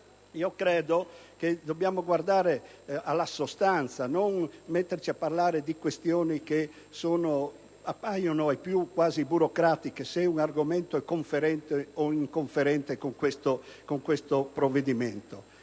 credo che dobbiamo guardare alla sostanza e non metterci a parlare di questioni che appaiono ai più quasi burocratiche, cioè se un argomento è conferente o inconferente con questo provvedimento.